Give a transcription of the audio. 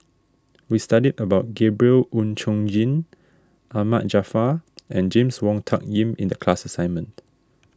we studied about Gabriel Oon Chong Jin Ahmad Jaafar and James Wong Tuck Yim in the class assignment